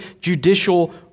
judicial